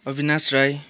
Avinash Rai